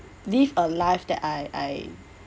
live a life that I I